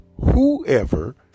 whoever